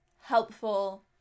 helpful